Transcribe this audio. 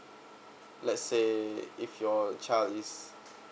let's say if your child is